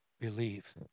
believe